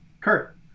Kurt